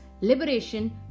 liberation